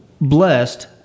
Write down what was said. blessed